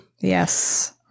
Yes